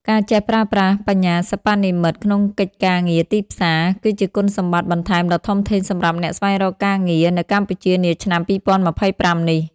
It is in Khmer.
ការចេះប្រើប្រាស់បញ្ញាសិប្បនិម្មិត ក្នុងកិច្ចការទីផ្សារ គឺជាគុណសម្បត្តិបន្ថែមដ៏ធំធេងសម្រាប់អ្នកស្វែងរកការងារនៅកម្ពុជានាឆ្នាំ ២០២៥ នេះ។